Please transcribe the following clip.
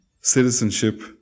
citizenship